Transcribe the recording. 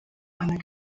einer